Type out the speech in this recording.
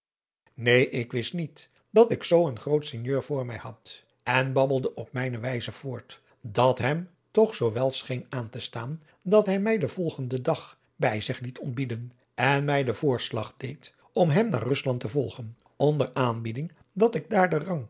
neen ik wist niet dat ik zoo een groot sinjeur voor mij had en babbelde op mijne wijze voort dat hem toch zoo wel scheen aan te adriaan loosjes pzn het leven van johannes wouter blommesteyn staan dat hij mij den volgenden dag bij zich liet ontbieden en mij den voorslag deed om hem naar rusland te volgen onder aanbieding dat ik daar